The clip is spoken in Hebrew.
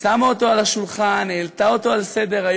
שמה אותו על השולחן, העלתה אותו על סדר-היום.